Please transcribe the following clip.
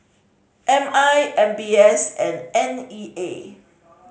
M I M B S and N E A